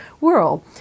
world